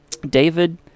David